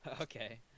Okay